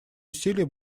усилия